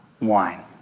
wine